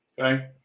okay